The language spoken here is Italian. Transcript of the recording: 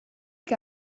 che